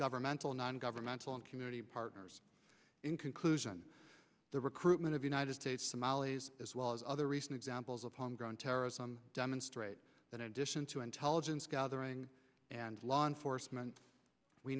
governmental non governmental and community partners in conclusion the recruitment of united states somalis as well as other recent examples of homegrown terrorism demonstrate that in addition to intelligence gathering and law enforcement we